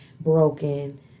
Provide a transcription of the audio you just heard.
broken